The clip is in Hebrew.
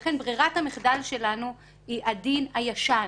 ולכן ברירת המחדל שלנו היא הדין הישן,